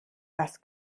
was